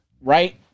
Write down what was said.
right